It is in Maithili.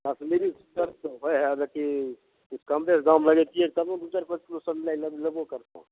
काश्मीरी सेब तऽ होय हइ जेकि किछु कम बेस दाम लगैतियै तब ने दू चारि पॉंच किलो सब लेबो करतौं